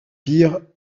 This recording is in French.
pire